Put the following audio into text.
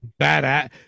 badass